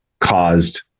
caused